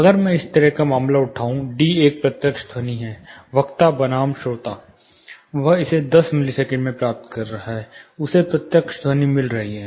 अगर मैं इस तरह का मामला उठाऊं d एक प्रत्यक्ष ध्वनि है वक्ता बनाम श्रोता वह इसे 10 मिली सेकेंड में प्राप्त कर रहा है उसे प्रत्यक्ष ध्वनि मिल रही है